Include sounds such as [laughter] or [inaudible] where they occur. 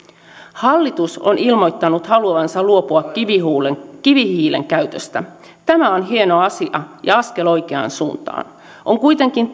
hallitus on ilmoittanut haluavansa luopua kivihiilen kivihiilen käytöstä tämä on hieno asia ja askel oikeaan suuntaan on kuitenkin [unintelligible]